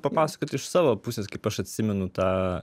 papasakot iš savo pusės kaip aš atsimenu tą